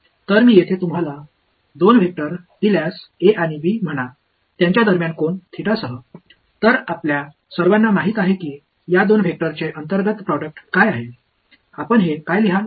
तर मी येथे तुम्हाला दोन वेक्टर दिल्यास ए आणि बी म्हणा त्यांच्या दरम्यान कोन थिटासह तर आपल्या सर्वांना माहित आहे की या दोन वेक्टरचे अंतर्गत प्रोडक्ट काय आहे आपण हे काय लिहाल